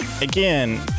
again